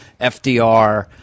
FDR –